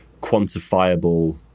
quantifiable